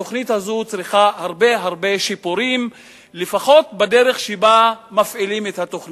התוכנית הזאת צריכה הרבה הרבה שיפורים לפחות בדרך שבה מפעילים אותה.